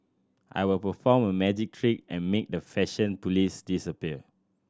I will perform a magic trick and make the fashion police disappear